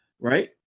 right